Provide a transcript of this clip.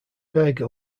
berger